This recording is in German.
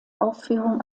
aufführung